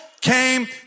came